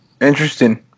interesting